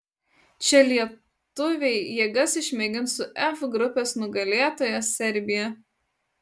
čia lietuviai jėgas išmėgins su f grupės nugalėtoja serbija